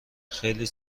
خیلی